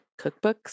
cookbooks